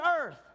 earth